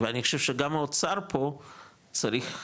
ואני חושב שגם האוצר פה, צריך,